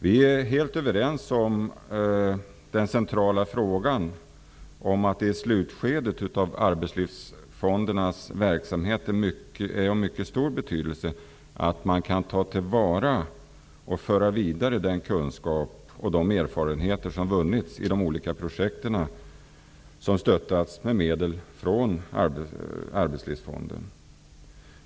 Vi är helt överens om den centrala frågan, att det i slutskedet av arbetslivsfondernas verksamhet är av mycket stor betydelse att man kan ta till vara och föra vidare den kunskap och de erfarenheter som vunnits i de olika projekten som stöttats med medel från Arbetslivsfonden.